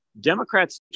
Democrats